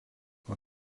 nuo